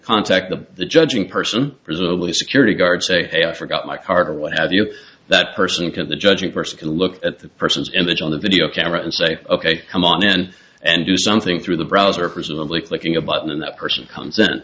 contact the judge in person presumably security guard say hey i forgot my card or what have you that person can the judge in person can look at the person's image on a video camera and say ok come on in and do something through the browser presumably clicking a button and that person comes